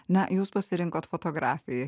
na jūs pasirinkot fotografiją